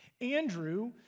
Andrew